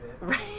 Right